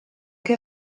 che